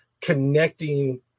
connecting